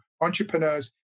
entrepreneurs